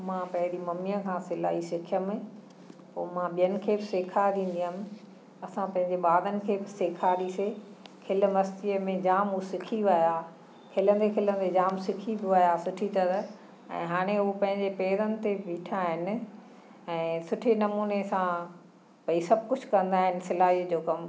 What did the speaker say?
मां पहिरीं मम्मीअ खां सिलाई सिखियमि पोइ मां ॿियनि खे बि सेखारींदी हुअमि असां पंहिंजे ॿारमो खे बि सेखारीसे खिल मस्तीअ में जाम हू सिखी विया खिलंदे खिलंदे जाम सिखी बि विया सुठी तरह ऐं हाणे हू पंहिंजे पेरनि ते बीठा आहिनि ऐं सुठे नमूने सां भई सभु कुझु कंदा आहिनि सिलाई जो कमु